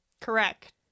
Correct